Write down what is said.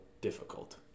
difficult